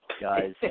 guys